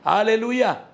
Hallelujah